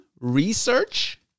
research